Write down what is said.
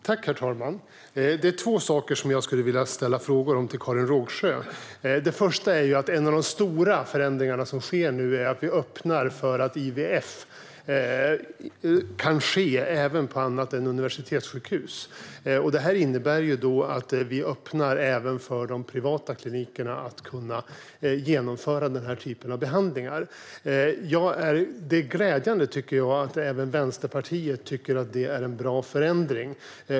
Herr talman! Jag har två frågor till Karin Rågsjö. En av de stora förändringar som nu sker är att vi öppnar för att IVF kan ske även på andra ställen än universitetssjukhus. Det innebär att vi öppnar för de privata klinikerna att kunna genomföra den här typen av behandlingar. Det är glädjande att även Vänsterpartiet tycker att det är en bra förändring.